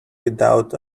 without